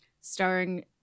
starring